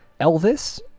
Elvis